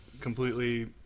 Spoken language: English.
completely